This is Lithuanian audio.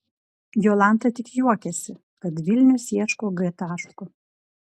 jolanta tik juokiasi kad vilnius ieško g taško